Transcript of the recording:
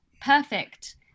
perfect